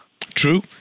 true